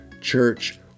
church